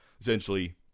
essentially